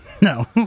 No